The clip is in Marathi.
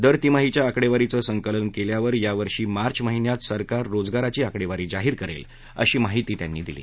दर तिमाहीच्या आकडेवारीचं संकलन केल्यावर या वर्षी मार्च महिन्यात सरकार रोजगाराची आकडेवारी जाहीर करेल अशी माहिती त्यांनी दिली